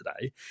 today